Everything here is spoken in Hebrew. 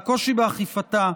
והקושי באכיפתה,